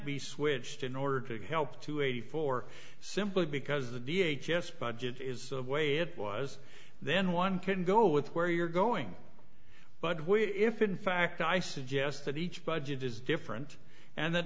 be switched in order to help to eighty four simply because the d h s budget is the way it was then one can go with where you're going but if in fact i suggest that each budget is different and th